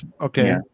Okay